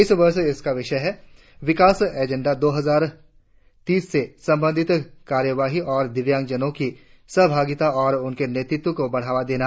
इस वर्ष इसका विषय है विकास एजेंडा दो हजार तीस से संबंधित कार्यवाही में दिव्यांगजनों की सहभागिता और उनके नेतृत्व को बढ़ावा देना